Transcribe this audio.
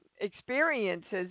experiences